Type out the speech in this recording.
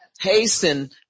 Hasten